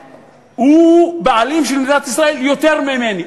הוא בעלים של מדינת ישראל יותר ממני.